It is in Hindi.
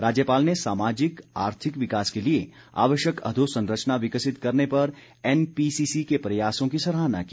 राज्यपाल ने सामाजिक आर्थिक विकास के लिए आवश्यक अधोसंरचना विकसित करने पर एनपीसीसी के प्रयासों की सराहना की